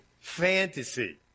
fantasy